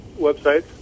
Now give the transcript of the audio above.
websites